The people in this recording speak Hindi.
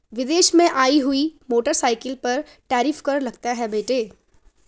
विदेश से आई हुई मोटरसाइकिल पर टैरिफ कर लगता है बेटे